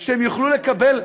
והן יוכלו לקבל,